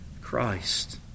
Christ